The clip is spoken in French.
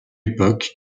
époque